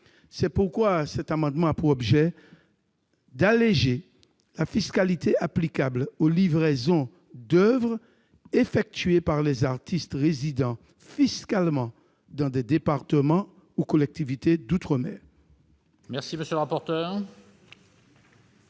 C'est pourquoi cet amendement a pour objet d'alléger la fiscalité applicable aux livraisons d'oeuvres effectuées par les artistes résidant fiscalement dans des départements ou collectivités d'outre-mer. Quel est l'avis de